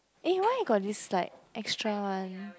eh why I got this like extra one